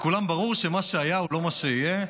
לכולם ברור שמה שהיה הוא לא מה שיהיה,